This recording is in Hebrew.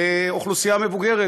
לאוכלוסייה המבוגרת,